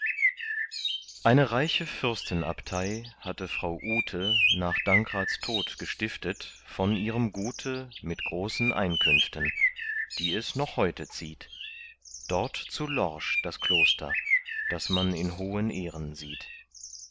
eine reiche fürstenabtei hatte frau ute nach dankrats tod gestiftet von ihrem gute mit großen einkünften die es noch heute zieht dort zu lorsch das kloster das man in hohen ehren sieht